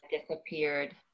disappeared